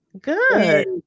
Good